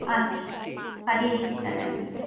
আচ্ছা পাঠিয়ে দিচ্ছি তাহলে আমি